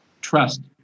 trust